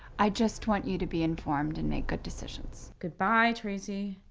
i just want you to be informed and make good decisions. goodbye tracy.